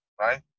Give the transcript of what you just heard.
right